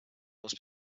must